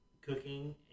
cooking